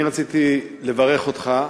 אני רציתי לברך אותך.